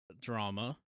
Drama